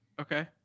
Okay